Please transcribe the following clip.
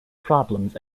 problems